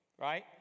right